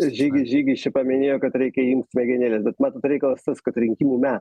žygis žygis čia paminėjo kad reikia įjungt smegenėles bet matot reikalas tas kad rinkimų met